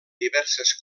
diverses